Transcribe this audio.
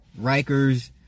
rikers